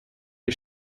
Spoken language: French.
est